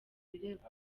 birego